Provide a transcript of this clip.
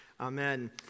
Amen